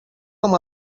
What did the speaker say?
com